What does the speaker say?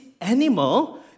animal